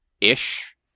ish